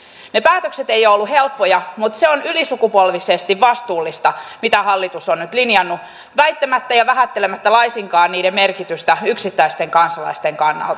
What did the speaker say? ne päätökset eivät ole olleet helppoja mutta se on ylisukupolvisesti vastuullista mitä hallitus on nyt linjannut vähättelemättä laisinkaan sen merkitystä yksittäisten kansalaisten kannalta